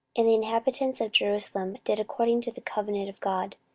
and the inhabitants of jerusalem did according to the covenant of god,